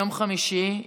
יום חמישי,